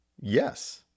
yes